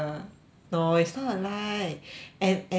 no it's not a lie and and and